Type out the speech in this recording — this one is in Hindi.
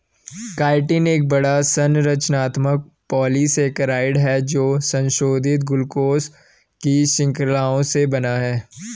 काइटिन एक बड़ा, संरचनात्मक पॉलीसेकेराइड है जो संशोधित ग्लूकोज की श्रृंखलाओं से बना है